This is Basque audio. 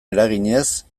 eraginez